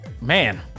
man